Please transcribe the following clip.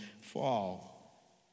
fall